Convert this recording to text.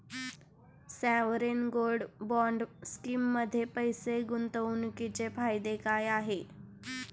Sovereign gold bond स्कीममध्ये पैसे गुंतवण्याचे फायदे काय आहेत?